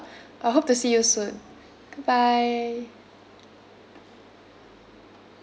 uh hope to see you soon goodbye